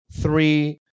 three